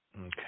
Okay